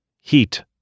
Heat